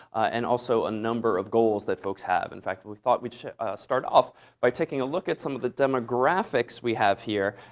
and also a number of goals that folks have. in fact, but we thought we'd start off by taking a look at some of the demographics we have here.